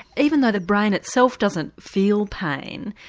even though the brain itself doesn't feel pain,